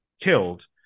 killed